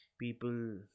People